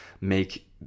make